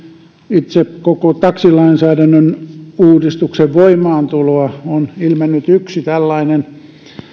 itse koko taksilainsäädännön uudistuksen voimaantuloa on ilmennyt yksi tällainen